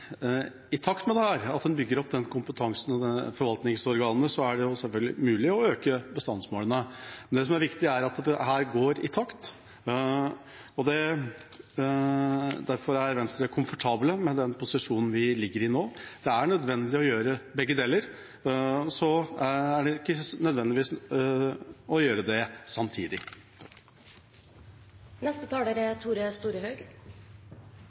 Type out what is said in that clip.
bygger opp kompetansen og forvaltningsorganene, er det selvfølgelig mulig å øke bestandsmålene. Det som er viktig, er at dette går i takt, og derfor er Venstre komfortable med den posisjonen vi er i nå. Det er nødvendig å gjøre begge deler, men ikke nødvendigvis samtidig. Norsk rovdyrpolitikk byggjer på fleire gode og balanserte forlik i Stortinget. Eg er